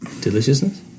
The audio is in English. Deliciousness